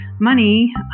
money